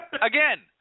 Again